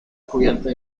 cubierta